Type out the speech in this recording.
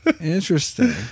interesting